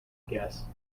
guess